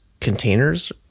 containers